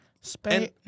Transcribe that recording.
Spain